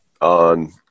on